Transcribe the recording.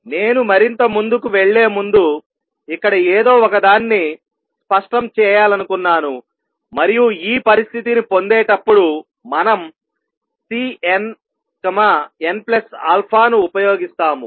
నేను మరింత ముందుకు వెళ్ళేముందు ఇక్కడ ఏదో ఒకదాన్ని స్పష్టం చేయాలనుకున్నాను మరియు ఈ పరిస్థితిని పొందేటప్పుడు మనం Cnn ను ఉపయోగిస్తాము